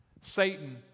Satan